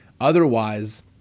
Otherwise